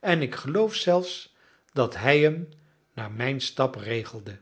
en ik geloof zelfs dat hij hem naar mijn stap regelde